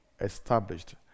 established